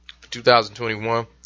2021